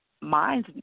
Mine's